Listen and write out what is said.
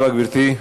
תודה רבה, גברתי.